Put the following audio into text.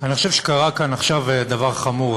אני חושב שקרה כאן עכשיו דבר חמור,